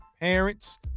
parents